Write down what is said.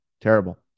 terrible